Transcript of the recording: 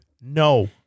no